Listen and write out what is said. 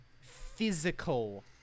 physical